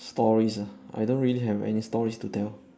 stories ah I don't really have any stories to tell